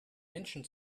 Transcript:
menschen